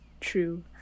true